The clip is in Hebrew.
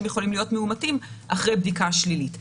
יכולים להיות מאומתים אחרי בדיקה שלילית.